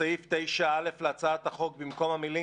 בסעיף 7(ג) להצעת החוק, במקום המילים: